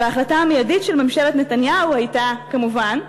וההחלטה המיידית של ממשלת נתניהו הייתה, כמובן,